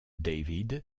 david